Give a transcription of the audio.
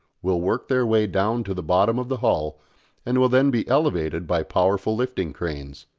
will work their way down to the bottom of the hull and will then be elevated by powerful lifting cranes.